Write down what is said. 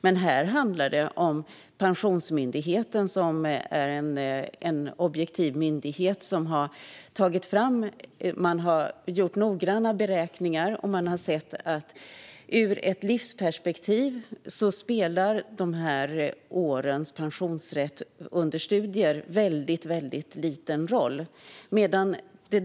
Men här handlar det om att Pensionsmyndigheten, som är en objektiv myndighet, har gjort noggranna beräkningar och sett att pensionsrätten under studieåren i ett livsperspektiv spelar en mycket liten roll.